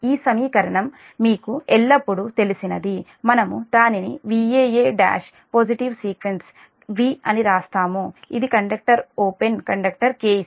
ఈ సమీకరణం మీకు ఎల్లప్పుడూ తెలిసినది మనము దానిని Vaa11 పాజిటివ్ సీక్వెన్స్ V అని వ్రాస్తాము ఇది కండక్టర్ ఓపెన్ కండక్టర్ కేసు